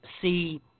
see